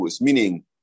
meaning